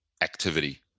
activity